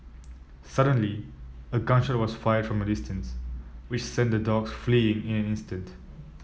suddenly a gun shot was fired from a distance which sent the dogs fleeing in an instant